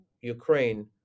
ukraine